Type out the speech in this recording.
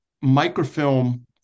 microfilm